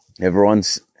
Everyone's